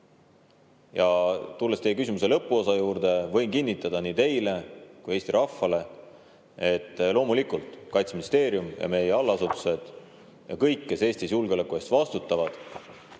Venemaa. Tulles teie küsimuse lõpuosa juurde, võin kinnitada nii teile kui ka Eesti rahvale, et loomulikult Kaitseministeerium, meie allasutused ja kõik, kes Eestis julgeoleku eest vastutavad,